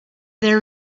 there